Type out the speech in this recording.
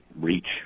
reach